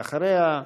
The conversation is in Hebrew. ואחריה,